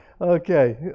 Okay